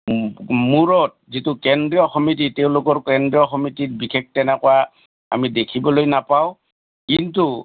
মূৰত যিটো কেন্দ্ৰীয় সমিতি তেওঁলোকৰ কেন্দ্ৰীয় সমিতিত বিশেষ তেনেকুৱা আমি দেখিবলৈ নাপাওঁ কিন্তু